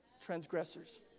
transgressors